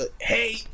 Hey